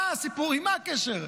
מה הסיפור, מה הקשר?